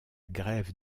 grève